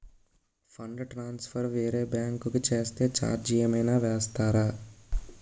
Fund transfer వేరే bank కి చేస్తే ఛార్జ్ ఏమైనా వేస్తారా?